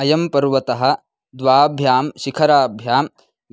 अयं पर्वतः द्वाभ्यां शिखराभ्यां